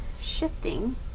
shifting